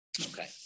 Okay